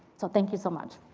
so thank you so much.